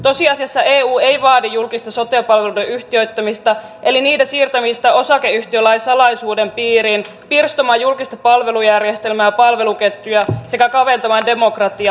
tosiasiassa eu ei vaadi julkista sote palveluiden yhtiöittämistä eli niiden siirtämistä osakeyhtiölain salaisuuden piiriin pirstomaan julkista palvelujärjestelmää ja palveluketjuja sekä kaventamaan demokratiaa